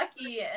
lucky